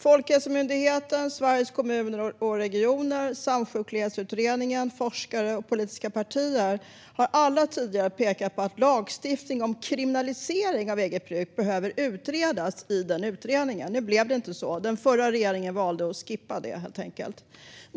Folkhälsomyndigheten, Sveriges Kommuner och Regioner, Samsjuklighetsutredningen, forskare och politiska partier har alla tidigare pekat på att lagstiftning om kriminalisering av eget bruk behöver utredas i denna utredning. Nu blev det inte så - den förra regeringen valde att skippa det, helt enkelt.